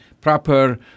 proper